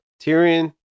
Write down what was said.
Tyrion